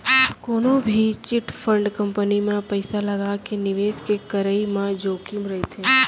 कोनो भी chit fund company म पइसा लगाके निवेस के करई म जोखिम रहिथे